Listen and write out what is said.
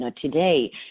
today